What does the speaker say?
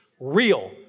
Real